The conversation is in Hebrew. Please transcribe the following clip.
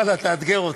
ואללה, תאתגר אותי.